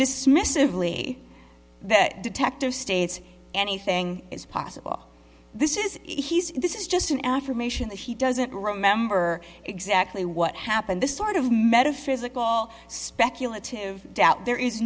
dismissively that detective states anything is possible this is he's this is just an affirmation that he doesn't remember exactly what happened this sort of metaphysical speculative doubt there is